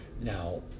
Now